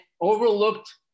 overlooked